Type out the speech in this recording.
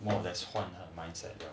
well there's one her mindset